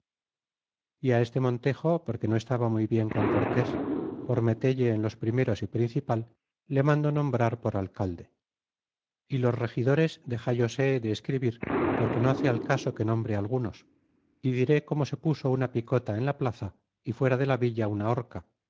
y á este montejo porque no estaba muy bien con cortés por metelle en los primeros y principal le mandó nombrar por alcalde y los regidores dexallos he de escribir porque no hace al caso que nombre algunos y diré como se puso una picota enla plaza y fuera de la villa una horca